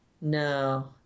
No